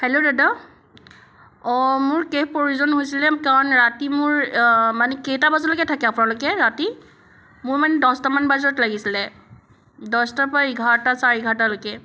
hello দাদা অঁ মোৰ কেব প্ৰয়োজন হৈছিলে কাৰণ ৰাতি মোৰ মানে কেইটা বজালৈকে থাকে আপোনালোকে ৰাতি মোৰ মানে দহটামান বজাত লাগিছিলে দহটাৰ পৰা এঘাৰটা চাৰে এঘাৰটালৈকে